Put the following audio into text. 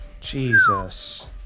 Jesus